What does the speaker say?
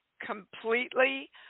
completely